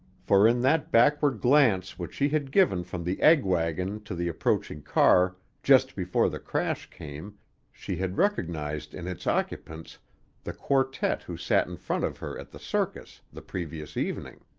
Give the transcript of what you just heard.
for in that backward glance which she had given from the egg-wagon to the approaching car just before the crash came she had recognized in its occupants the quartet who sat in front of her at the circus the previous evening.